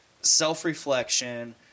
Self-reflection